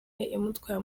yamutwaye